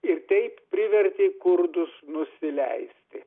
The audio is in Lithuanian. ir taip privertė kurdus nusileisti